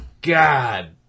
God